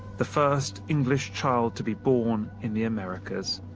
the first english child to be born in the americas